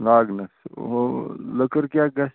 لاگنَس ہُہ لٔکٕر کیٛاہ گژھِ